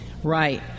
Right